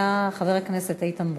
ואחריה, חבר הכנסת איתן ברושי.